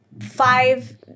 five